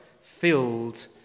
filled